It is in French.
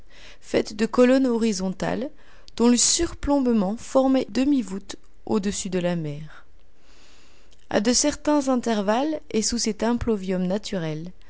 faite de colonnes horizontales dont le surplombement formait demi voûte au-dessus de la mer a de certains intervalles et sous cet impluvium naturel